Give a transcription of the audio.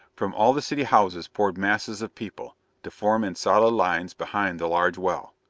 from all the city houses poured masses of people, to form in solid lines behind the large well.